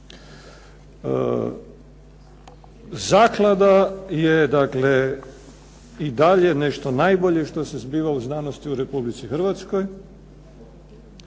Zaklada je dakle i dalje nešto najbolje što se zbiva u znanosti u Republici Hrvatskoj,